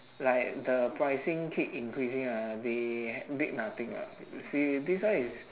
like the pricing keep increasing ah they did nothing lah you see this one is